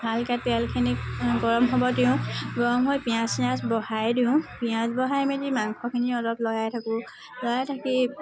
ভালকৈ তেলখিনি গৰম হ'ব দিওঁ গৰম হৈ পিঁয়াজ চিয়াজ বহাই দিওঁ পিঁয়াজ বহাই মেলি মাংসখিনি অলপ লৰাই থাকোঁ লৰাই থাকি